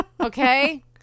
Okay